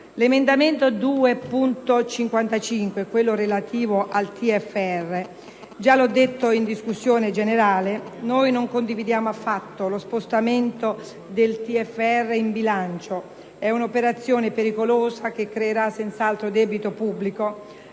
all'emendamento 2.55, relativo al TFR - già l'ho detto in discussione generale - non condividiamo affatto lo spostamento del TFR in bilancio. È un'operazione pericolosa, che creerà senz'altro debito pubblico;